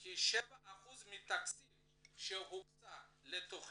כי 7% מהתקציב שהוקצה לתכנית,